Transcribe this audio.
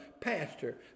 pastor